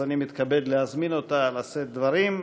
אז אני מתכבד להזמין אותה לשאת דברים.